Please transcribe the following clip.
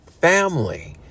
family